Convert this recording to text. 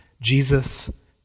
Jesus